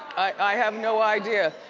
i have no idea.